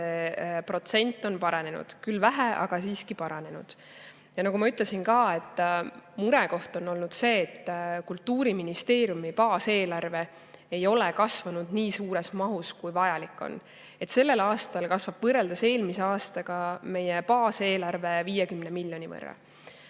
protsent paranenud – küll vähe, aga siiski paranenud. Ja nagu ma ütlesin ka, murekoht on olnud see, et Kultuuriministeeriumi baaseelarve ei ole kasvanud nii suures mahus, kui vajalik on. Sellel aastal kasvab meie baaseelarve võrreldes eelmise aastaga 50 miljoni võrra.